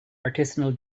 artisanal